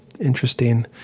interesting